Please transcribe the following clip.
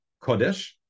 kodesh